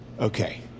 Okay